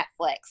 Netflix